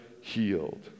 healed